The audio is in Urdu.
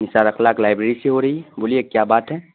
انصار الاخلاق لائبریری سے ہو رہی ہے بولیے کیا بات ہے